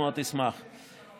בעיני הציבור זאת המחלה.